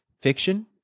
fiction